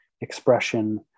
expression